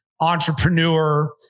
entrepreneur